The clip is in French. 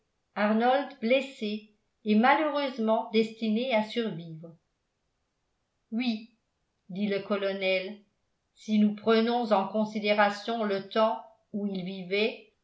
arnold blessé et malheureusement destiné à survivre oui dit le colonel si nous prenons en considération le temps où ils vivaient